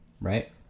Right